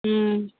ம்